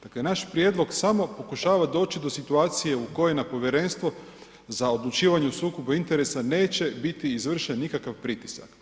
Dakle, naš prijedlog samo pokušava doći do situacije u kojoj na Povjerenstvo za odlučivanje o sukobu interesa neće biti izvršen nikakav pritisak.